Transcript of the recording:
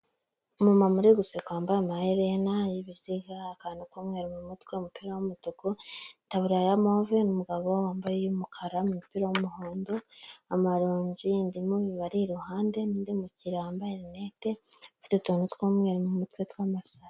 Umumama uri guseka wambaye amaherena y'ibiziga, akantu k'umweru mu mutwe, umupira w'umutuku, itaburiya ya move n'umugabo wambaye iy'umukara n'umupira w'umuhondo, amaronji, indimu bibari iruhande n'undi mukiriya wambaye rinete, ufite utuntu tw'umweru mu mutwe tw'amasaro.